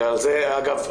אגב,